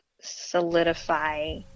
solidify